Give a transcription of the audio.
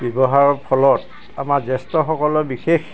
ব্যৱহাৰৰ ফলত আমাৰ জ্যেষ্ঠসকলৰ বিশেষ